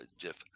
Jeff